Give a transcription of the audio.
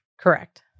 Correct